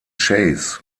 chase